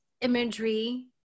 imagery